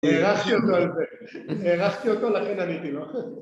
הערכתי אותו על זה, הערכתי אותו לכן עניתי לו